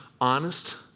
honest